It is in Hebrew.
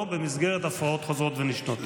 לא במסגרת הפרעות חוזרות ונשנות.